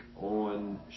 on